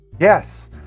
Yes